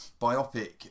biopic